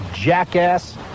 jackass